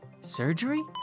Surgery